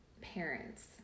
parents